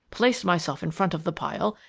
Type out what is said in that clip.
placed myself in front of the pile,